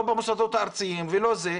לא במוסדות הארציים ולא אחרת,